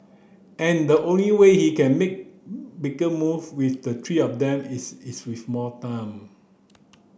and the only way he can make bigger move with the three of them is is with more time